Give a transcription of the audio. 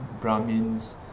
Brahmins